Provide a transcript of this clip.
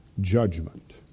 judgment